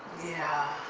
yeah,